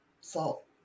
salt